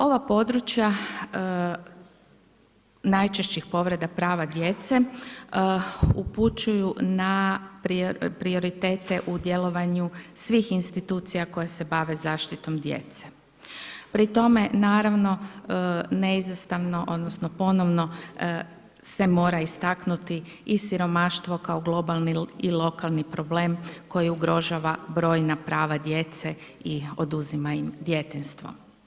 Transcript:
Ova područja najčešćih povreda prava djece upućuju na prioritete u djelovanju svih institucija koja se bave zaštitom djece, pri tome naravno neizostavno, odnosno ponovno se mora istaknuti i siromaštvo kao globalni i lokalni problem koji ugrožava brojna prava djece i oduzima im djetinjstvo.